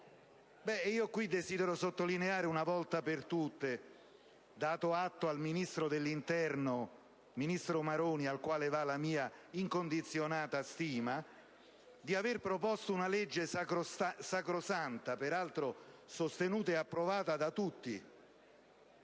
Desidero sottolineare una volta per tutte, dato atto al ministro dell'interno Maroni, al quale va la mia incondizionata stima, di aver proposto una legge sacrosanta, peraltro sostenuta ed approvata da tutti,